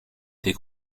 des